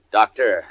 doctor